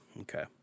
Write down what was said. Okay